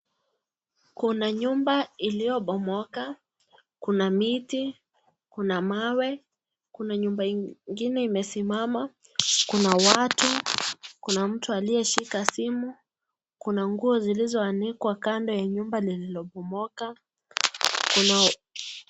Kuna nyumba iliyobomoka, kuna miti, kuna mawe, kuna nyumba ingine imesimama, kuna watu, kuna mtu aliyeshika simu, kuna nguo zilizoanikwa kando ya nyumba lililo bomoka, kuna.